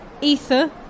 ether